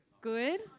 Good